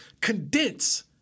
condense